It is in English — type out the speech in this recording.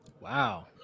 Wow